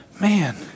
Man